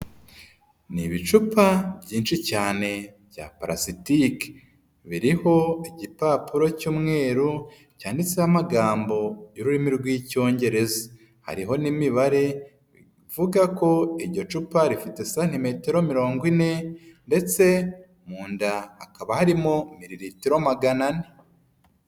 Ni ibicupa byinshi cyane bya palasitike, biriho igipapuro cy'umweru cyanditseho amagambo y'ururimi rw'Icyongereza, hariho n'imibare ivuga ko iryo cupa rifite santimetero mirongo ine ndetse mu nda hakaba harimo mirilitiro magana ane.